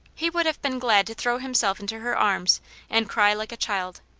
he would have been glad to throw himself into her arms and cry like a child,